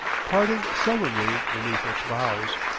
parting sullenly beneath its bows.